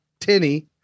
tinny